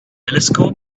telescope